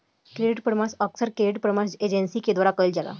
credit परामर्श अक्सर credit परामर्श एजेंसी के द्वारा कईल जाला